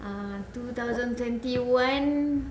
ah two thousand twenty one